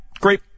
great